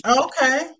Okay